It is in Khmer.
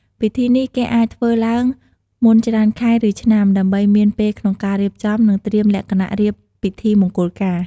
ពិធីនេះ គេអាចធ្វើឡើងមុនច្រើនខែ ឬឆ្នាំ ដើម្បីមានពេលក្នុងការរៀបចំ និងត្រៀមលក្ខណៈរៀបពិធីមង្គលការ។